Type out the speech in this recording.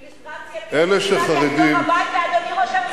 אילוסטרציה שגלעד יחזור הביתה, אדוני ראש הממשלה.